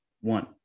one